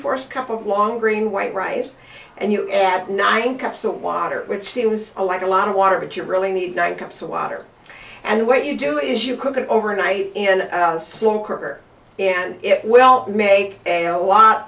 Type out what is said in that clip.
fourths cup of long green white rice and you add nine cups of water which seems like a lot of water but your really need nine cups of water and what you do is you cook an overnight in a small cooker and it will make a lot